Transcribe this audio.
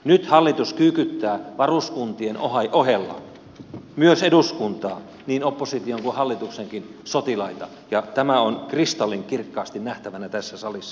nyt hallitus kyykyttää varuskuntien ohella myös eduskuntaa niin opposition kuin hallituksenkin sotilaita ja tämä on kristallinkirkkaasti nähtävänä tässä salissa